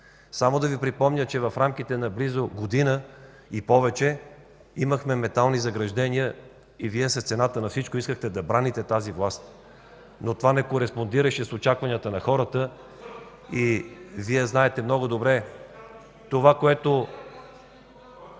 Да Ви припомня, че в рамките на близо година и повече имахме метални заграждения и Вие с цената на всичко искахте да браните тази власт, но това не кореспондираше с очакванията на хората. Вие знаете много добре, че това, което...